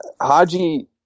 Haji